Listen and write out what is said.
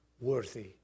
Worthy